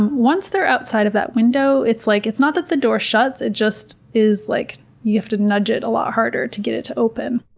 once they're outside of that window, it's like it's not that the door shuts, it just is, like you have to nudge it a lot harder to get it to open.